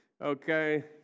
Okay